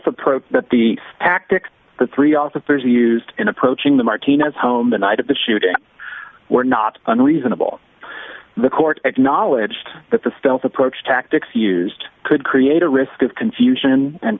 approach that the tactics the three officers used in approaching the martinez home the night of the shooting were not unreasonable the court acknowledged that the stealth approach tactics used could create a risk of confusion and